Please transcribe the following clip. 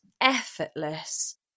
effortless